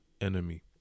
enemy